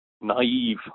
naive